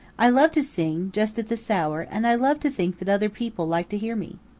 i love to sing just at this hour and i love to think that other people like to hear me.